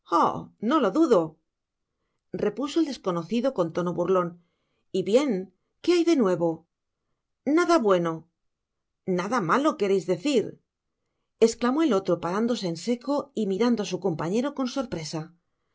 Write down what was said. no lo dudo repuso el desconocido con tono burlon y bien i qué hay de nuevo nada bueno nada malo quereis decir esclamó el otro parándose en seco y mirando á su compañero con sorpresa